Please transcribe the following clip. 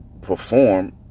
perform